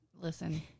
listen